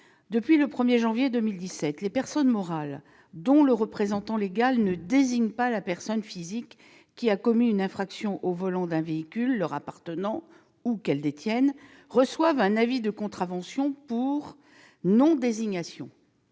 Depuis le 1 janvier 2017, les personnes morales dont le représentant légal ne désigne pas la personne physique qui a commis une infraction au volant d'un véhicule leur appartenant ou qu'elles détiennent reçoivent un avis de contravention pour non-désignation.